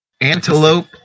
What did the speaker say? Antelope